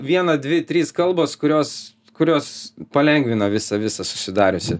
viena dvi trys kalbos kurios kurios palengvina visą visą susidariusį